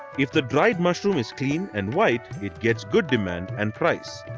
if the dried mushroom is clean and white, it gets good demand and price.